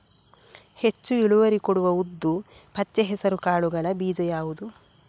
ಹೆಚ್ಚು ಇಳುವರಿ ಕೊಡುವ ಉದ್ದು, ಪಚ್ಚೆ ಹೆಸರು ಕಾಳುಗಳ ಬೀಜ ಯಾವುದು?